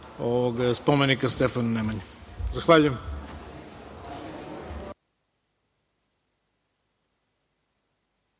otvaranje spomenika Stefanu Nemanji. Zahvaljujem.